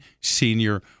Senior